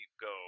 go